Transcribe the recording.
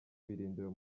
ibirindiro